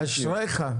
אשריך.